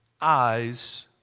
eyes